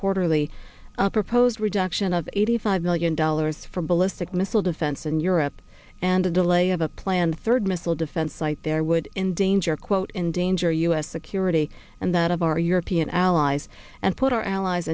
quarterly proposed reduction of eighty five million dollars from ballistic missile defense in europe and a delay of a planned third missile defense light there would endanger quote endanger u s security and that of our european allies and put our allies